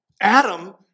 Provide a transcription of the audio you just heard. Adam